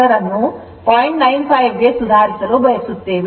95 ಗೆ ಸುಧಾರಿಸಲು ಬಯಸುತ್ತೇವೆ